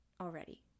already